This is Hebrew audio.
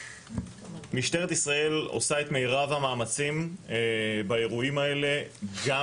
משטרת ישראל עושה את מירב המאמצים באירועים האלה גם